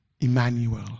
Emmanuel